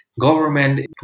government